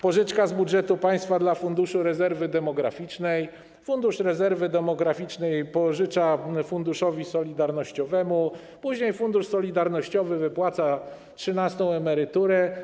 Pożyczka z budżetu państwa dla Funduszu Rezerwy Demograficznej, Fundusz Rezerwy Demograficznej pożycza Funduszowi Solidarnościowemu, później Fundusz Solidarnościowy wypłaca trzynastą emeryturę.